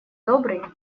добрый